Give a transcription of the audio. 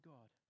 God